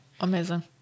Amazing